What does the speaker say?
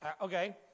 Okay